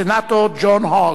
הסנטור ג'ון הוג.